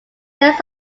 list